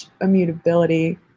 immutability